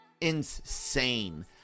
insane